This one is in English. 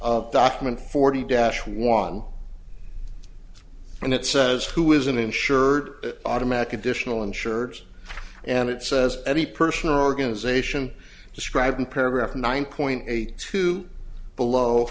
of document forty dash one and it says who is an insured automatic additional insured and it says any person or organization described in paragraph nine point eight two below